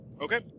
Okay